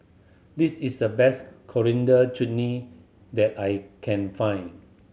this is the best Coriander Chutney that I can find